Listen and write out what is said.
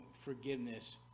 forgiveness